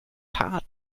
paar